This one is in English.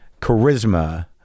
charisma